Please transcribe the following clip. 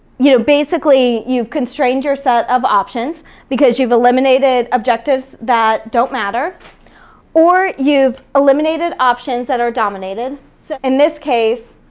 you know, basically you've constrained your set of options because you've eliminated objectives that don't matter or you've eliminated options that are dominated. so, in this case,